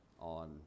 on